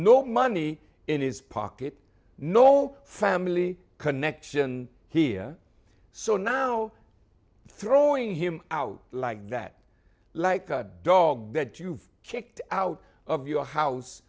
no money in his pocket no family connection here so now throwing him out like that like a dog that you've kicked out of your house